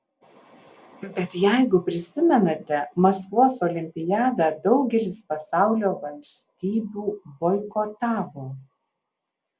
bet jeigu prisimenate maskvos olimpiadą daugelis pasaulio valstybių boikotavo